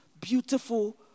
beautiful